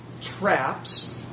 traps